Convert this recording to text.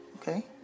Okay